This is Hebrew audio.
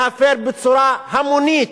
להפר בצורה המונית,